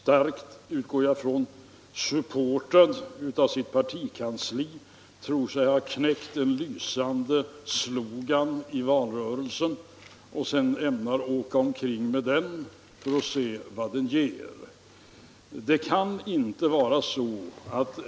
Herr Åsling tror sig — starkt supportrad av sitt partikansli, det utgår jag från — ha knäckt en lysande slogan till valrörelsen, som han ämnar åka omkring med för att se vad den ger.